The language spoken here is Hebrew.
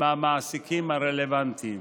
מהמעסיקים הרלוונטיים.